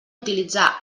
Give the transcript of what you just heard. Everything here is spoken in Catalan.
utilitzar